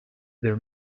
their